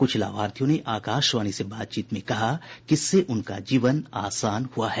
कुछ लाभार्थियों ने आकाशवाणी से बातचीत में कहा कि इससे उनका जीवन आसान हुआ है